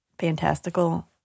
fantastical